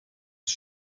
ist